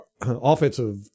offensive